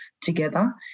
together